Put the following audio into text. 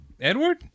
Edward